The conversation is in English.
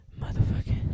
Motherfucking